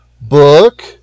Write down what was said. Book